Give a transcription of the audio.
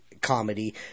Comedy